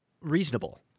reasonable